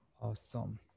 Awesome